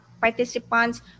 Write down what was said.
participants